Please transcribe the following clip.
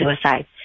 suicide